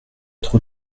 trop